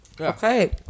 Okay